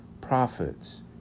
prophets